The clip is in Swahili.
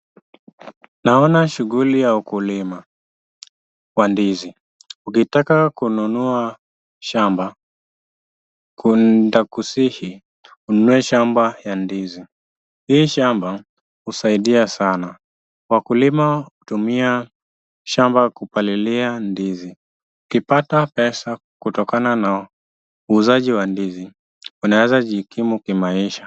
Naona shughuli ya ukulima wa ndizi. Ukitaka kununua shamba nitakusihi ununue shamba ya ndizi, hii shamba husaidia sana. Wakulima hutumia shamba kupalilia ndizi. Ukipata pesa kutokana na uuzaji wa ndizi, unaweza jikimu kimaisha.